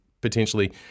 potentially